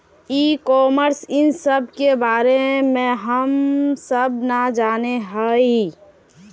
ई commerce इस सब के बारे हम सब ना जाने हीये?